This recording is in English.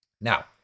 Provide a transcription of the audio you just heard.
now